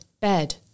bed